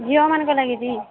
ଝିଅମାନଙ୍କ ଲାଗି